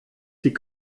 sie